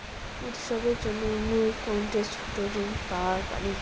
উৎসবের জন্য মুই কোনঠে ছোট ঋণ পাওয়া পারি?